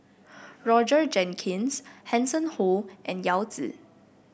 Roger Jenkins Hanson Ho and Yao Zi